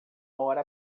hora